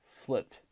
flipped